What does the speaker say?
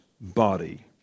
body